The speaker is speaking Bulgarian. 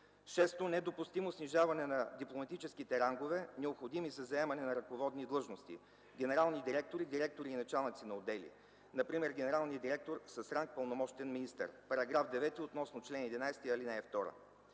Шесто, недопустимо снижаване на дипломатическите рангове, необходими за заемане на ръководни длъжности – генерални директори, директори и началници на отдели. Например генералният директор с ранг пълномощен министър –§ 9, чл. 11, ал. 2.